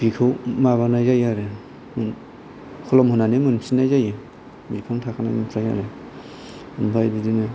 बिखौ माबानाय जायो आरो खोलोम होनानै मोनफिननाय जायो बिफां थाखानायनिफ्राय ओमफ्राय बिदिनो